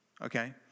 okay